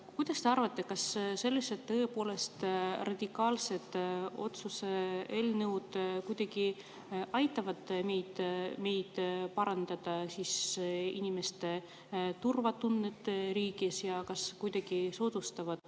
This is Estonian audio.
Kuidas te arvate, kas sellised tõepoolest radikaalsed otsuse eelnõud kuidagi aitavad meil parandada inimeste turvatunnet riigis? Kas need kuidagi soodustavad